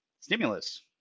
stimulus